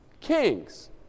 Kings